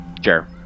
Sure